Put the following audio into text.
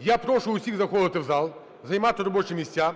Я прошу усіх заходити в зал, займати робочі місця.